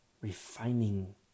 Refining